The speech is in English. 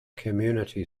community